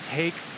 take